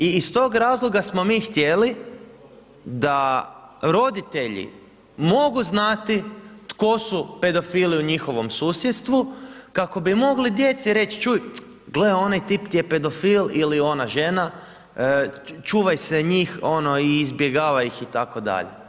I iz tog razloga smo mi htjeli da roditelj mogu znati tko su pedofili u njihovom susjedstvu kako bi mogli djeci reći, čuj, gle onaj tip ti je pedofil ili ona žena, čuvaj se njih i izbjegavaj ih itd.